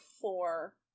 four